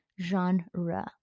genre